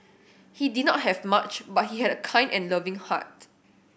he did not have much but he had a kind and loving heart